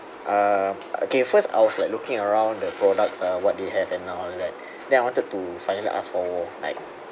uh okay first I was like looking around the products uh what they have and all that then I wanted to finally ask for like